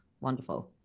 wonderful